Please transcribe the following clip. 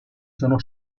sono